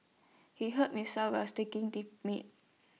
he hurt himself while sticking the meat